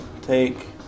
take